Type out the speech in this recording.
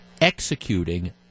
executing